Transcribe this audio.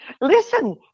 Listen